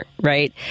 right